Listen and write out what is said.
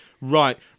right